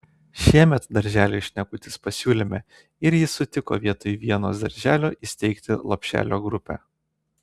šiemet darželiui šnekutis pasiūlėme ir jis sutiko vietoj vienos darželio įsteigti lopšelio grupę